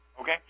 Okay